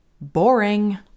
Boring